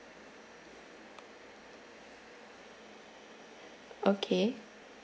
okay